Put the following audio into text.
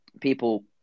people